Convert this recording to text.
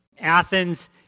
Athens